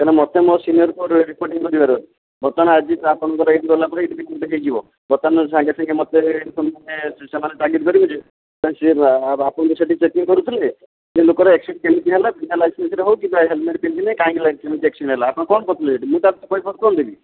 କାରଣ ମୋତେ ମୋ ସିନିଅର୍ ଙ୍କୁ ରିପୋର୍ଟିଂ କରିବାର ଅଛି ବର୍ତ୍ତମାନ ଆଜି ଆପଣଙ୍କର ଏଇଠୁ ଗଲାପରେ ଏଇଠି କିଛି ଗୋଟେ ହେଇଯିବ ବର୍ତ୍ତମାନ ସାଙ୍ଗେ ସାଙ୍ଗେ ମୋତେ ମାନେ ସେମାନେ ତାଗିଦ୍ କରିବେ ଯେ ସିଏ ଆପଣ ତ ସେଠି ଚେକିଙ୍ଗ୍ କରୁଥିଲେ ସେ ଲୋକର୍ ଏକ୍ସିଡ଼େଣ୍ଟ୍ କେମିତି ହେଲା ବିନା ଲାଇସେନ୍ସରେ ହେଉ କିମ୍ବା ହେଲମେଟ୍ ପିନ୍ଧିନି କାହିଁକି ଏକ୍ସିଡ଼େଣ୍ଟ୍ ହେଲା ଆପଣ କ'ଣ କରୁଥିଲେ ସେଠି ମୁଁ ତାଙ୍କୁ କୈଫତ୍ କ'ଣ ଦେବି